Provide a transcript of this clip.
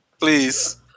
Please